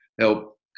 help